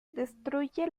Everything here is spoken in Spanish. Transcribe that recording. destruye